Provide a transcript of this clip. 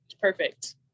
Perfect